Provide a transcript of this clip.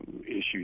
issues